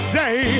day